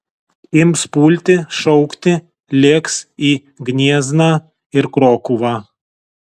ims pulti šaukti lėks į gniezną ir krokuvą